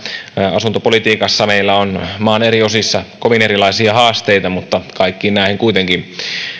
asuntopolitiikassa meillä on maan eri osissa kovin erilaisia haasteita mutta kaikkiin näihin kuitenkin